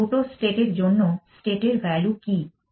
এই 2টো স্টেট এর জন্য স্টেট এর ভ্যালু কী